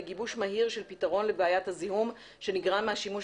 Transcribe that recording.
לגיבוש מהיר של פתרון לבעיית הזיהום שנגרם מהשימוש